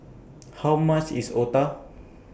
How much IS Otah